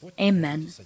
amen